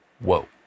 Whoa